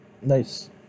Nice